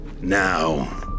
Now